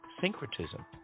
syncretism